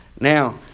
Now